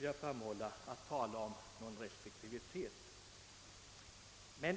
jag framhålla — att tala om restriktivitet på det område det nu gäller.